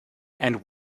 and